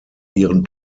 ihren